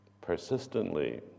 persistently